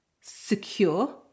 secure